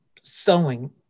sewing